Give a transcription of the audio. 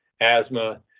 asthma